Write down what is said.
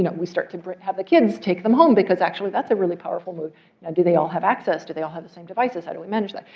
you know we start to have the kids take them home because actually that's a really powerful move. now do they all have access? do they all have the same devices? how do we manage that?